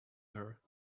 her